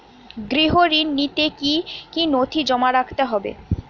গৃহ ঋণ নিতে কি কি নথি জমা রাখতে হবে?